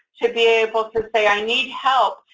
to be able to say, i need help,